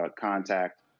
contact